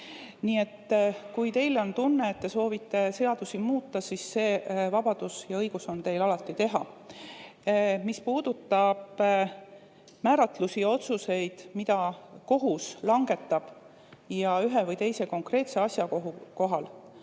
Nii et kui teil on tunne, et te soovite seadusi muuta, siis see vabadus ja õigus seda teha on teil alati. Mis puudutab määratlusi, otsuseid, mida kohus langetab ühe või teise konkreetse asja kohta,